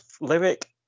lyric